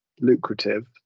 lucrative